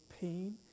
pain